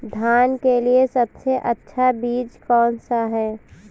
धान के लिए सबसे अच्छा बीज कौन सा है?